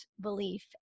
belief